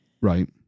Right